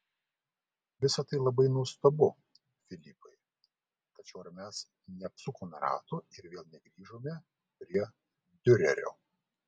visa tai labai nuostabu filipai tačiau ar mes neapsukome rato ir vėl negrįžome prie diurerio